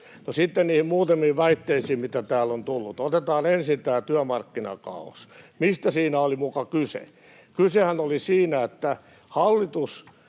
sitten niihin muutamiin väitteisiin, mitä täällä on tullut. Otetaan ensin tämä työmarkkinakaaos, mistä siinä oli muka kyse. Kysehän oli siitä, että hallitus